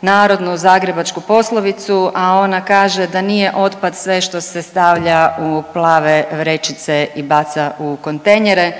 narodnu zagrebačku poslovicu, a ona kaže da nije otpad sve što se stavlja u plave vrećice i baca u kontejnere,